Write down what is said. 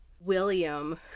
William